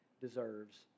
deserves